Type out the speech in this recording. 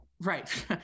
Right